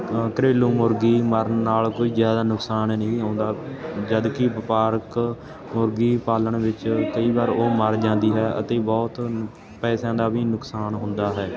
ਘਰੇਲੂ ਮੁਰਗੀ ਮਰਨ ਨਾਲ ਕੋਈ ਜ਼ਿਆਦਾ ਨੁਕਸਾਨ ਨਹੀਂ ਆਉਂਦਾ ਜਦੋਂ ਕਿ ਵਪਾਰਕ ਮੁਰਗੀ ਪਾਲਣ ਵਿੱਚ ਕਈ ਵਾਰ ਉਹ ਮਰ ਜਾਂਦੀ ਹੈ ਅਤੇ ਬਹੁਤ ਪੈਸਿਆਂ ਦਾ ਵੀ ਨੁਕਸਾਨ ਹੁੰਦਾ ਹੈ